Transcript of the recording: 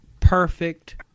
perfect